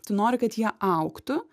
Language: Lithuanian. tu nori kad jie augtų